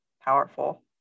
powerful